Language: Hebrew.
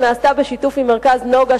שנעשתה בשיתוף עם "מרכז נגה",